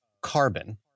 carbon